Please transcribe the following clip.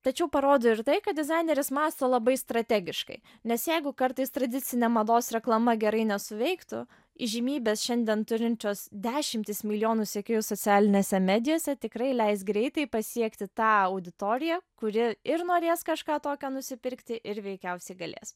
tačiau parodo ir tai kad dizaineris mąsto labai strategiškai nes jeigu kartais tradicinė mados reklama gerai nesuveiktų įžymybės šiandien turinčios dešimtis milijonų sekėjų socialinėse medijose tikrai leis greitai pasiekti tą auditoriją kuri ir norės kažką tokio nusipirkti ir veikiausiai galės